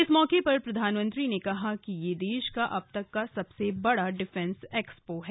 इस मौके पर प्रधानमंत्री ने कहा कि यह देश का अब तक का सबसे बड़ा डिफेंस एक्सपो है